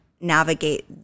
navigate